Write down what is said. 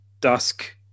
Dusk